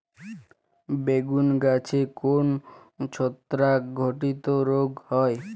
বেগুন গাছে কোন ছত্রাক ঘটিত রোগ হয়?